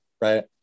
right